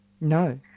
no